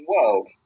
world